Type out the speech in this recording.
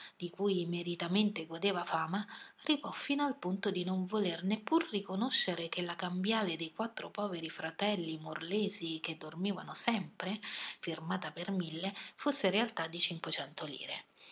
di cui meritamente godeva fama arrivò fino al punto di non voler neppure riconoscere che la cambiale dei quattro poveri fratelli morlesi che dormivano sempre firmata per mille fosse in realtà di cinquecento lire